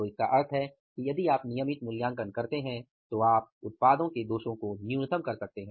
तो इसका अर्थ है कि यदि आप नियमित मूल्यांकन करते हैं तो आप उत्पादों के दोषों को न्यूनतम कर सकते हैं